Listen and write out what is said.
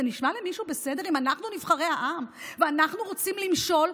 זה נשמע למישהו בסדר אם אנחנו נבחרי העם ואנחנו רוצים למשול,